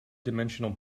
dimensional